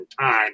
time